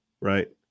right